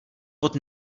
pod